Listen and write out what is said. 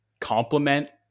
complement